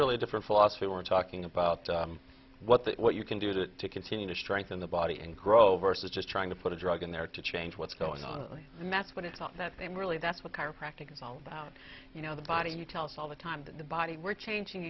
really a different philosophy we're talking about what the what you can do that to continue to strengthen the body and grow versus just trying to put a drug in there to change what's going on and that's what it's not that same really that's what chiropractic is all about you know the body you tell us all the time in the body we're changing